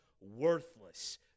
worthless